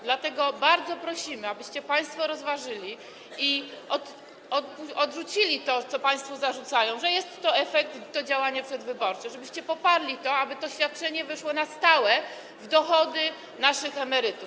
Dlatego bardzo prosimy, abyście państwo rozważyli to i odrzucili to, co państwu zarzucają - że jest to tego efekt, że jest to działanie przedwyborcze, żebyście poparli to, aby to świadczenie weszło na stałe do dochodów naszych emerytów.